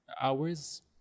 hours